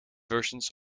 versions